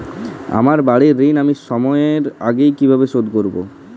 আমার বাড়ীর ঋণ আমি সময়ের আগেই কিভাবে শোধ করবো?